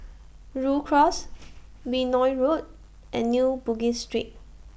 Rhu Cross Benoi Road and New Bugis Street